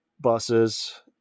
buses